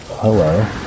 Hello